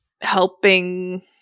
helping